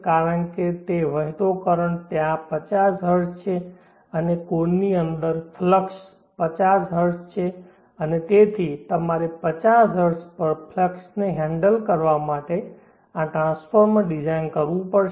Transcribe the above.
કારણ કે વહેતો કરંટ ત્યાં 50 હર્ટ્ઝ છે અને કોરની અંદર ફ્લક્ષ 50 હર્ટ્ઝ છે અને તેથી તમારે 50 હર્ટ્ઝ પર ફ્લક્ષ ને હેન્ડલ કરવા માટે આ ટ્રાન્સફોર્મર ડિઝાઇન કરવું પડશે